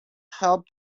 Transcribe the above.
help